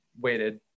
waited